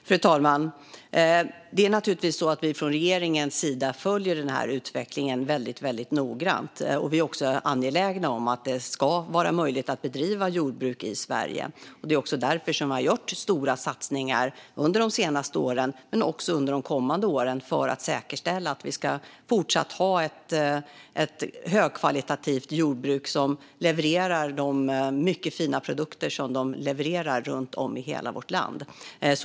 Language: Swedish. Fru talman! Från regeringens sida följer vi naturligtvis utvecklingen väldigt, väldigt noggrant. Vi är också angelägna om att det ska vara möjligt att bedriva jordbruk i Sverige. Det är därför som vi har gjort stora satsningar under de senaste åren - vi gör det också under de kommande åren - för att säkerställa att vi ska fortsätta att ha ett högkvalitativt jordbruk som levererar mycket fina produkter runt om i hela vårt land.